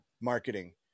marketing